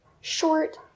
short